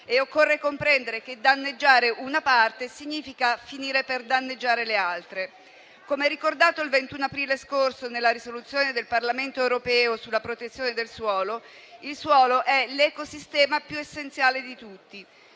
Ed occorre comprendere che danneggiare una parte significa finire per danneggiare le altre. Come ricordato il 21 aprile scorso nella risoluzione del Parlamento europeo sulla protezione del suolo, il suolo è l'ecosistema più essenziale di tutti.